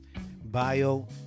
bio